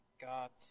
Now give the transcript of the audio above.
got